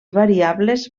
variables